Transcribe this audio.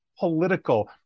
political